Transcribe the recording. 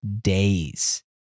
days